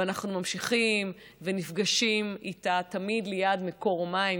ואנחנו ממשיכים ונפגשים איתה תמיד ליד מקור מים,